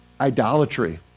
idolatry